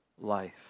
life